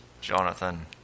Jonathan